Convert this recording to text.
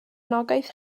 anogaeth